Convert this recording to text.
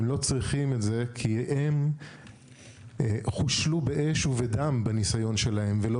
הם לא צריכים את זה כי הם חושלו באש ובדם בניסיון שלהם ולא